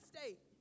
State